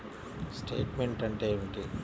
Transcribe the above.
Statement అంటే ఏమిటి?